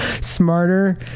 smarter